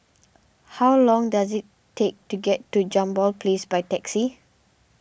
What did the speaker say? how long does it take to get to Jambol Place by taxi